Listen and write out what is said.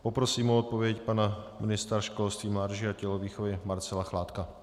Poprosím o odpověď pana ministra školství, mládeže a tělovýchovy Marcela Chládka.